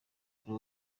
kuri